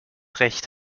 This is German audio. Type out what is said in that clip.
recht